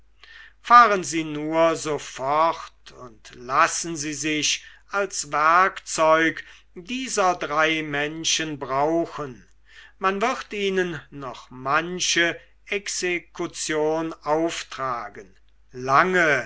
fahren sie nur so fort und lassen sie sich als werkzeug dieser drei menschen brauchen man wird ihnen noch manche exekution auftragen lange